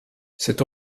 cette